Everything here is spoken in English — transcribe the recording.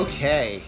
Okay